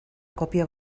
còpia